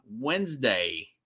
Wednesday